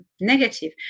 negative